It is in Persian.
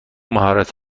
مهارت